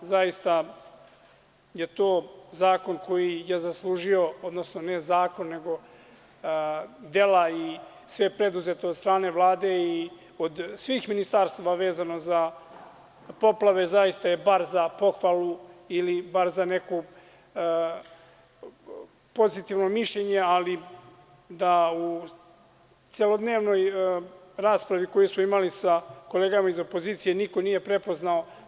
Zaista je to zakon koji je zaslužio, odnosno ne zakon, nego dela i sve preduzeto od strane Vlade i od svih ministarstava vezano za poplave, zaista je bar za pohvalu ili bar za neko pozitivno mišljenje, ali da u celodnevnoj raspravi koju smo imali sa kolegama iz opozicije niko nije prepoznao.